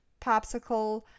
popsicle